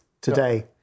Today